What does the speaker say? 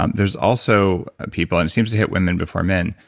um there's also people and it seems to hit women before men,